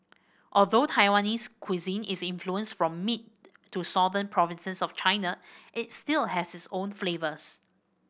although Taiwanese cuisine is influenced from mid to southern provinces of China it still has its own flavours